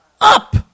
up